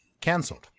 cancelled